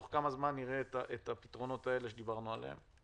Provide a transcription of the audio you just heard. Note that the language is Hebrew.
בתוך כמה זמן נראה את הפתרונות האלה שדיברנו עליהם?